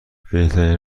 بهترین